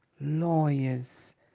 lawyers